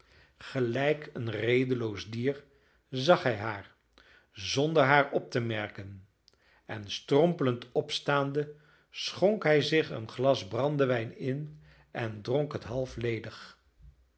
gelijk een redeloos dier zag hij haar zonder haar op te merken en strompelend opstaande schonk hij zich een glas brandewijn in en dronk het half ledig